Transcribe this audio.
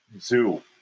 zoo